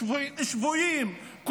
שבויים,